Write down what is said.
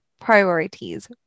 priorities